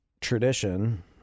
tradition